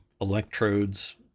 electrodes